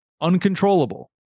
uncontrollable